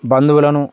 బంధువులను